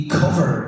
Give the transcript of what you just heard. cover